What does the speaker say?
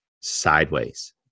sideways